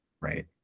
Right